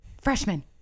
Freshman